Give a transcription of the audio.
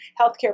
healthcare